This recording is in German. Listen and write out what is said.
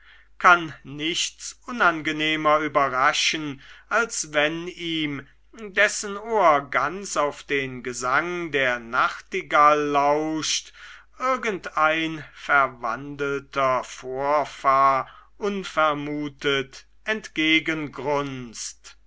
kann nichts unangenehmer überraschen als wenn ihm dessen ohr ganz auf den gesang der nachtigall lauscht irgendein verwandelter vorfahr unvermutet